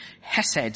hesed